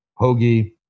Hoagie